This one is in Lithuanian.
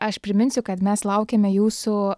aš priminsiu kad mes laukiame jūsų